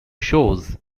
shows